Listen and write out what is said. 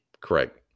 Correct